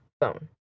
phone